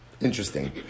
Interesting